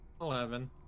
Eleven